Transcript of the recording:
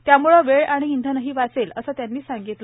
त्यामुळे वेळ आणि इंधनही वाचेल असं त्यांनी सांगितलं